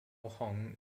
hong